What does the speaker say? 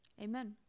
Amen